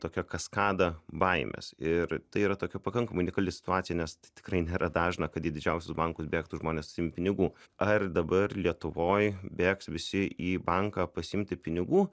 tokia kaskada baimes ir tai yra tokia pakankamai unikali situacija nes tai tikrai nėra dažna kad į didžiausius bankus bėgtų žmonės atsiimt pinigų ar dabar lietuvoje bėgs visi į banką pasiimti pinigų